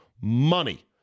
money